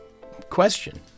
Question